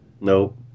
Nope